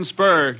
Spur